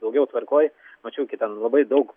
daugiau tvarkoj mačiau ten labai daug